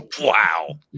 Wow